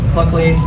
luckily